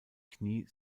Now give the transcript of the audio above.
knie